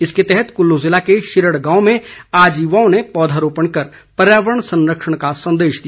इसके तहत कुल्लू जिला के शिरड़ गांव में आज युवाओं ने पौधरोपण कर पर्यावरण संरक्षण का संदेश दिया